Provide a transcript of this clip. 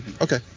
Okay